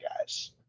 guys